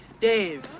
Dave